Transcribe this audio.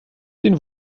den